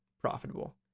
profitable